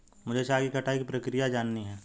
मुझे चाय की कटाई की प्रक्रिया जाननी है